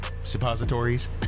suppositories